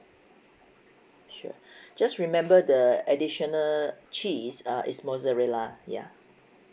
sure just remember the additional cheese uh is mozzarella ya